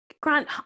Grant